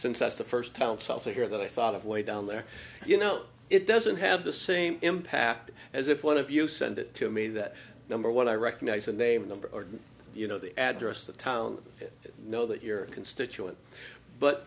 since that's the first town south of here that i thought of way down there you know it doesn't have the same impact as if one of you send it to me that number one i recognize the name number or you know the address the town know that you're a constituent but